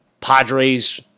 Padres